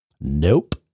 nope